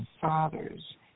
fathers